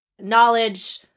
knowledge